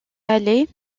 allé